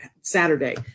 Saturday